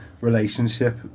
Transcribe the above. relationship